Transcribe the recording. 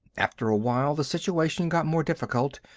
after a while the situation got more difficult,